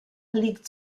liegt